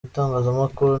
itangazamakuru